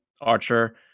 Archer